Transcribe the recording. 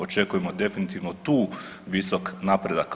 Očekujemo definitivno tu visok napredak.